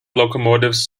locomotives